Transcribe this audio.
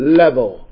level